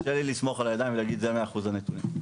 קשה לי לסמוך את הידיים ולהגיד אלו 100% הנתונים.